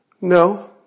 No